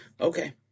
Okay